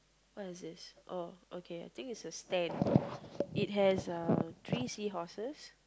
what is this oh okay I think is a stand it has uh three seahorses